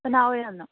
ꯀꯅꯥ ꯑꯣꯏꯔꯝꯅꯣ